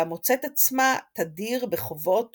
והמוצאת עצמה תדיר בחובות